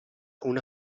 una